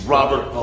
Robert